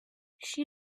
she